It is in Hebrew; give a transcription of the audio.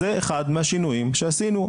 זה אחד מהשינויים שעשינו.